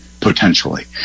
potentially